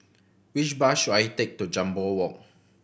which bus should I take to Jambol Walk